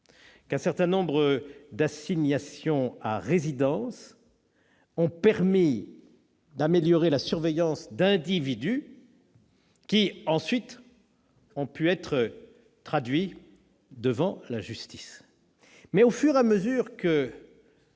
qu'un certain nombre d'assignations à résidence avaient permis d'améliorer la surveillance d'individus, lesquels ont pu ensuite être traduits devant la justice. Mais, au fur et à mesure que